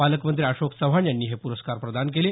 पालकमंत्री अशोक चव्हाण यांनी हे प्रस्कार प्रदान केले